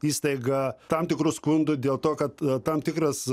įstaiga tam tikrų skundų dėl to kad tam tikras